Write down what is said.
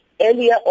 earlier